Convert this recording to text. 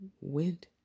went